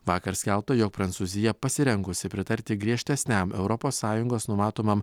vakar skelbta jog prancūzija pasirengusi pritarti griežtesniam europos sąjungos numatomam